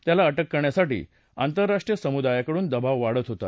त्याला अटक करण्यासाठी आंतरराष्ट्रीय समुदायाकडून दबाव वाढत होता